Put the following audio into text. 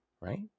right